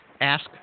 ask